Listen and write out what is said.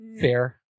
Fair